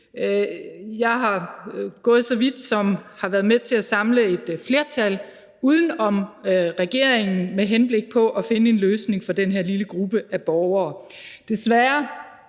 Jeg er gået så vidt som at have været med til at samle et flertal uden om regeringen med henblik på at finde en løsning for den her lille gruppe af borgere. Desværre